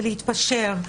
להתפשר,